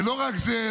ולא רק זה,